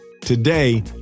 Today